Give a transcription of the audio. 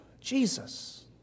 Jesus